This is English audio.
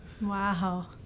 Wow